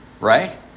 right